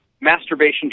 masturbation